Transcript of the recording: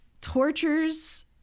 tortures